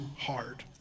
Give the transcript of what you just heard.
hard